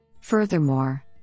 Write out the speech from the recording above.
Furthermore